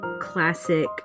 classic